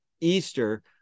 Easter